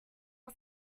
was